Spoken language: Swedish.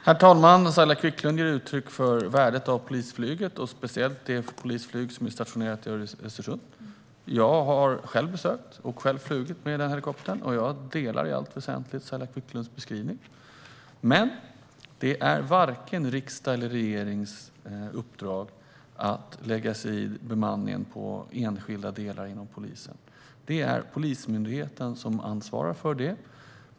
Herr talman! Saila Quicklund ger uttryck för värdet av polisflyget, speciellt det polisflyg som är stationerat i Östersund. Jag har själv besökt Östersund och flugit med den helikoptern. Jag instämmer i allt väsentligt i Saila Quicklunds beskrivning. Men det är varken riksdagens eller regeringens uppdrag att lägga sig i bemanningen inom enskilda delar av polisen. Det är Polismyndigheten som ansvarar för bemanningen.